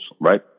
right